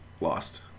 lost